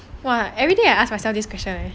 !wah! everyday I ask myself this question leh